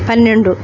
పన్నెండు